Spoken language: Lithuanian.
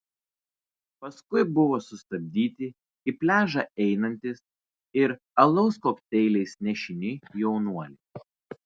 paskui buvo sustabdyti į pliažą einantys ir alaus kokteiliais nešini jaunuoliai